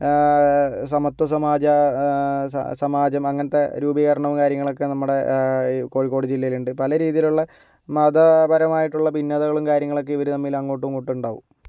സമത്വ സമാജ സമാജം അങ്ങനത്തെ രൂപീകരണോം കാര്യങ്ങളൊക്കെ നമ്മടെ ഈ കോഴിക്കോട് ജില്ലയിലുണ്ട് പലരീതിയിലുള്ള മത പരമായിട്ടുള്ള ഭിന്നതകളും കാര്യങ്ങളൊക്കെ ഇവര് തമ്മില് അങ്ങോട്ടും ഇങ്ങോട്ടുംണ്ടാകും